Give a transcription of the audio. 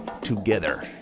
together